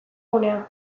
gunea